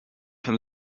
from